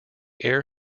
air